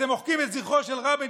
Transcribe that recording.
אתם מוחקים את זכרו של רבין,